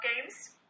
games